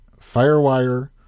FireWire